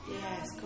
Yes